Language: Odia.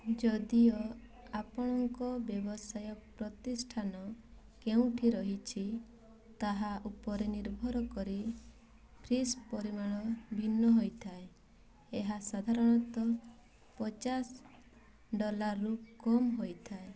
ଯଦିଓ ଆପଣଙ୍କ ବ୍ୟବସାୟ ପ୍ରତିଷ୍ଠାନ କେଉଁଠି ରହିଛି ତାହା ଉପରେ ନିର୍ଭର କରି ଫିସ୍ର ପରିମାଣ ଭିନ୍ନ ହୋଇଥାଏ ଏହା ସାଧାରଣତଃ ପଚାଶ ଡଲାରରୁ କମ୍ ହୋଇଥାଏ